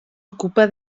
ocupa